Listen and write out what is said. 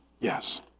yes